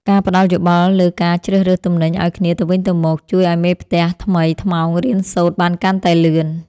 ការផ្ដល់យោបល់លើការជ្រើសរើសទំនិញឱ្យគ្នាទៅវិញទៅមកជួយឱ្យមេផ្ទះថ្មីថ្មោងរៀនសូត្របានកាន់តែលឿន។